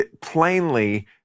Plainly